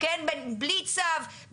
בלי צו,